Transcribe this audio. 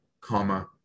comma